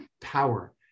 power